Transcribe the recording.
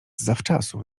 zawczasu